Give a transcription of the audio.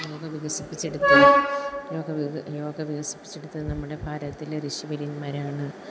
യോഗ വികസിപ്പിച്ചെടുത്ത് യോഗ യോഗ വികസിപ്പിച്ചെടുത്ത് നമ്മുടെ ഭാരതത്തിലെ ഋഷിവര്യന്മാരാണ്